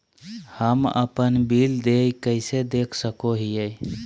हम अपन बिल देय कैसे देख सको हियै?